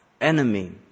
enemy